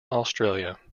australia